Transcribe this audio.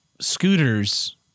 scooters